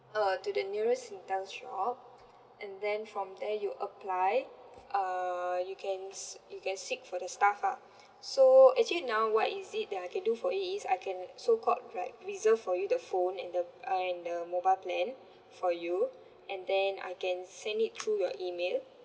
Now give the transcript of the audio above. uh to the nearest singtel shop and then from there you apply uh you can you can seek for the staff lah so actually now what is it that I can do for you is I can so called like reserve for you the phone and the and the mobile plan for you and then I can send it through your email